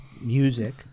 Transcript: music